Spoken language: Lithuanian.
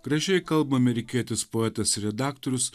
gražiai kalba amerikietis poetas ir redaktorius